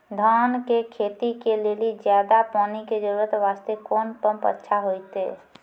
धान के खेती के लेली ज्यादा पानी के जरूरत वास्ते कोंन पम्प अच्छा होइते?